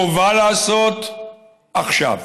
חובה לעשות עכשיו.